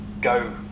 go